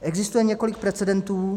Existuje několik precedentů.